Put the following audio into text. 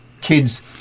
kids